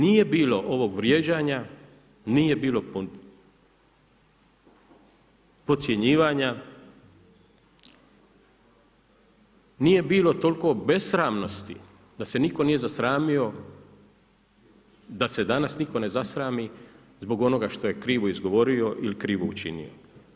Nije bilo ovog vrijeđanja, nije bilo podcjenjivanja, nije bilo toliko besramnosti da se nitko nije zasramio, da se danas nitko ne zasrami zbog onoga što je krivo izgovorio ili krivo učinio.